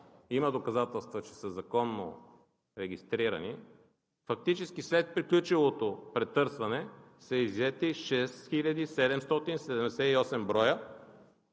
има доказателства, че са законно регистрирани. Фактически след приключилото претърсване са иззети 6778 броя,